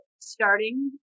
starting